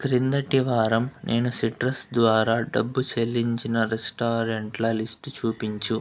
క్రిందటి వారం నేను సిట్రస్ ద్వారా డబ్బు చెల్లించిన రెస్టారెంట్ల లిస్ట్ చూపించు